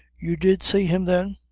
you did see him then?